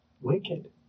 wicked